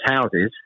houses